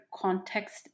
context